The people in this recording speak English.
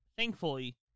Thankfully